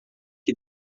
que